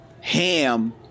ham